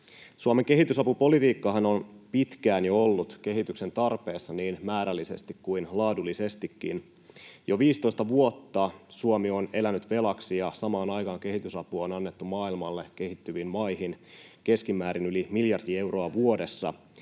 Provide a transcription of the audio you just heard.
Suomen kehitysapupolitiikkahan on pitkään jo ollut kehityksen tarpeessa niin määrällisesti kuin laadullisestikin. Jo 15 vuotta Suomi on elänyt velaksi, ja samaan aikaan kehitysapua on annettu maailmalle kehittyviin maihin keskimäärin yli miljardi euroa vuodessa.